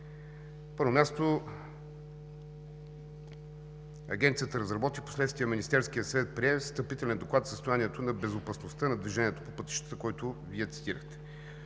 първо място, Агенцията разработи, впоследствие Министерският съвет прие Встъпителен доклад за състоянието на безопасността на движението по пътищата, който Вие цитирахте.